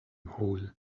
hole